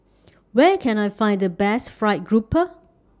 Where Can I Find The Best Fried Grouper